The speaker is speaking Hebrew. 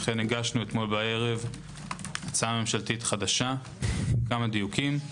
לכן הגשנו אמש הצעה ממשלתית חדשה עם כמה דיוקים.